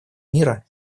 мира